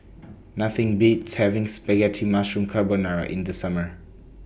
Nothing Beats having Spaghetti Mushroom Carbonara in The Summer